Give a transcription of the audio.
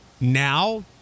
now